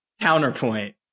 Counterpoint